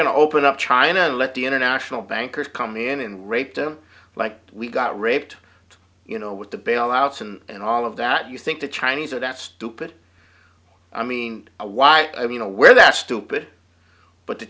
going to open up china and let the international bankers come in and rape them like we got raped you know with the bailouts and all of that you think the chinese are that stupid i mean why i mean aware that stupid but the